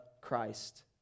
Christ